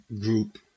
group